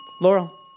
Laurel